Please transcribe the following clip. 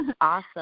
Awesome